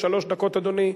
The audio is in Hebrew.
שלוש דקות, אדוני.